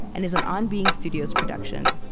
and is an on being studios production.